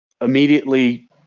immediately